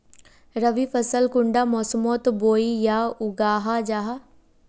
रवि फसल कुंडा मोसमोत बोई या उगाहा जाहा?